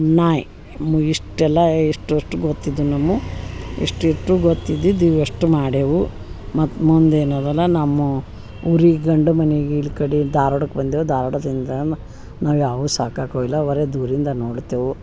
ನಾಯಿ ಇಷ್ಟೆಲ್ಲಾ ಇಷ್ಟು ಇಷ್ಟು ಗೊತ್ತಿದ್ದು ನಮು ಇಷ್ಟಿಟ್ಟು ಗೊತ್ತಿದಿದ್ದು ಇವ ಅಷ್ಟು ಮಾಡೆವು ಮತ್ತೆ ಮುಂದ ಏನದಲ್ಲ ನಮ್ಮ ಊರಿಗೆ ಗಂಡ ಮನಿಗಿಲ್ಲ ಕಡಿ ಧಾರವಾಡಕ್ಕೆ ಬಂದೇವು ಧಾರವಾಡದಿಂದನ ನಾವು ಯಾವು ಸಾಕಕ್ಕೆ ಹೋಯಿಲ್ಲ ಬರೆ ದೂರಿಂದ ನೋಡ್ತೇವು